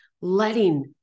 Letting